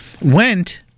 went